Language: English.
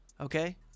Okay